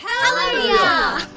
Hallelujah